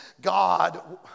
God